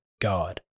God